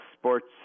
sports